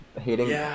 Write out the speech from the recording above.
hating